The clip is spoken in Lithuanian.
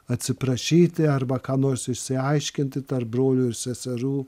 atsiprašyti arba ką nors išsiaiškinti tarp brolių ir seserų